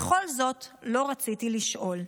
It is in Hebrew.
בכל זאת לא רציתי לשאול.